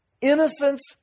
innocence